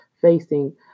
facing